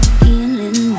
feeling